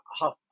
half